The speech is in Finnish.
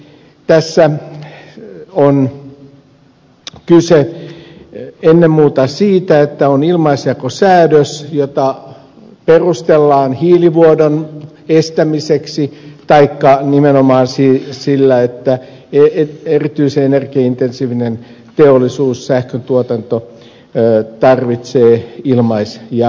tässä on kyse ennen muuta siitä että on ilmaisjakosäädös jota perustellaan hiilivuodon estämisellä taikka nimenomaan sillä että erityisen energiaintensiivinen teollisuus ja sähköntuotanto tarvitsevat ilmaisjakoa